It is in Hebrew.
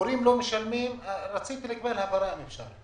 ההורים לא משלמים ורציתי לקבל הבהרה, אם אפשר.